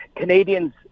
Canadians